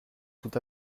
tout